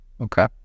Okay